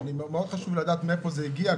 מאוד חשוב לדעת מאיפה זה הגיע,